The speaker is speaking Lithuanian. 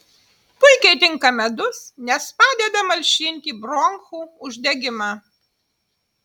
puikiai tinka medus nes padeda malšinti bronchų uždegimą